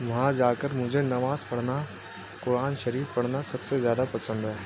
وہاں جا کر مجھے نماز پڑھنا قرآن شریف پڑھنا سب سے زیادہ پسند ہے